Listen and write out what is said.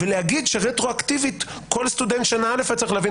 ולהגיד שרטרואקטיבית כל סטודנט שנה א' היה צריך להבין.